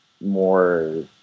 more